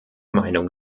meinung